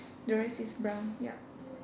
the rest is brown yup